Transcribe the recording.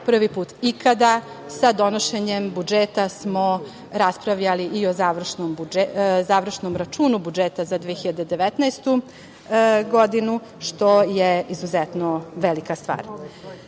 prvi put ikada. Sa donošenjem budžeta smo raspravljali i o završnom računu budžeta za 2019. godinu što je izuzetno velika